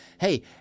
hey